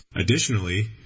Additionally